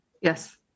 Yes